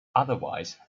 otherwise